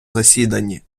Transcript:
засіданні